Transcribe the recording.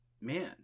man